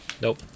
Nope